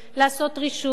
לעשות רישום,